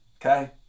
okay